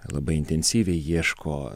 labai intensyviai ieško